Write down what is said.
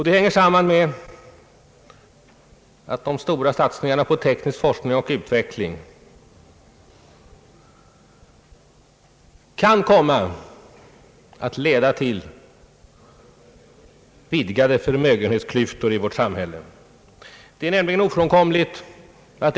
Det hänger samman med att de stora satsningarna på teknisk forskning och utveckling kan komma att leda till vidgade förmögenhetsklyftor i vårt samhälle.